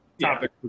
topic